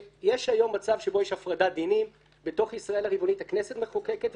יש היום מצב שבו יש הפרדת דינים בתוך ישראל הריבונית הכנסת מחוקקת,